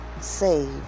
Save